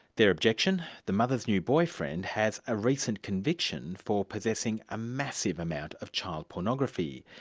their objection? the mother's new boyfriend has a recent conviction for possessing a massive amount of child pornography.